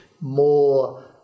more